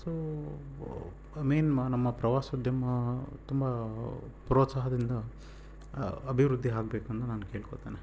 so main ಮ ನಮ್ಮ ಪ್ರವಾಸೋದ್ಯಮ ತುಂಬ ಪ್ರೋತ್ಸಾಹದಿಂದ ಅಭಿವೃದ್ದಿ ಆಗಬೇಕು ಅಂತ ನಾನು ಕೇಳ್ಕೊಳ್ತೇನೆ